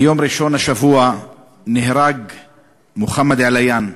ביום ראשון השבוע נהרג מוחמד עליאן,